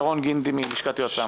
ירון גינדי מלשכת יועצי המס.